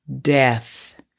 death